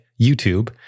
YouTube